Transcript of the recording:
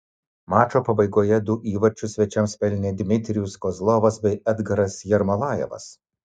mačo pabaigoje du įvarčius svečiams pelnė dmitrijus kozlovas bei edgaras jermolajevas